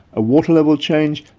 a water level change,